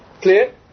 Clear